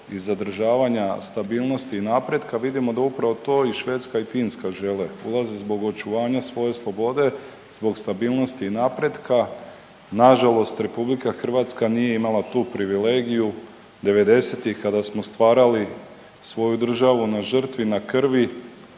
i zadržavanja stabilnosti i napretka, vidimo da upravo to i Švedska i Finska žele. Ulaze zbog očuvanja svoje slobode, zbog stabilnosti i napretka. Nažalost RH nije imala tu privilegije 90-ih kada smo stvarali svoju državu na žrtvi, na krvi